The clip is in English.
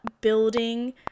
building